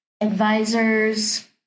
advisors